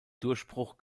durchbruch